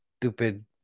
stupid –